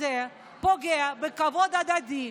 זה חוק דקלרטיבי.